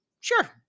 Sure